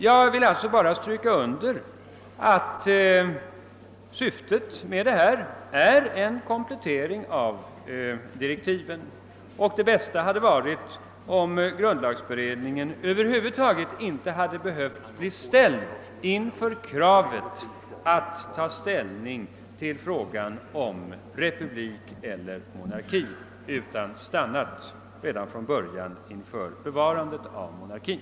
Jag vill alltså stryka under att syftet med detta är en komplettering av direktiven och att det bästa hade varit, om grundlagberedningen över huvud taget inte hade behövt bli ställd inför kravet att ta ställning till frågan om republik eller monarki utan redan från början fått stanna för bevarandet av monarkin.